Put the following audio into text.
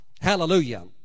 Hallelujah